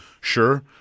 Sure